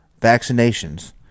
vaccinations